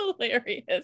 hilarious